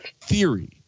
Theory